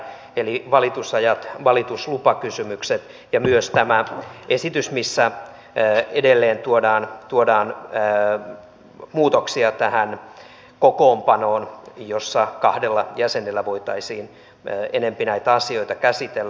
eli valitusajat valituslupakysymykset ja myös tämä esitys missä edelleen tuodaan muutoksia tähän kokoonpanoon jossa kahdella jäsenellä voitaisiin enempi näitä asioita käsitellä